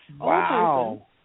Wow